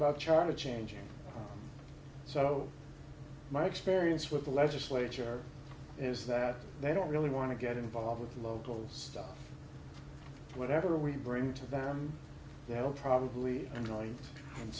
about charter changing so my experience with the legislature is that they don't really want to get involved with local stuff whatever we bring to them they'll probably enjoy and